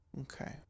Okay